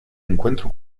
encuentro